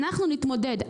אנחנו נתמודד.